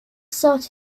sought